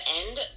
end